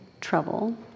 trouble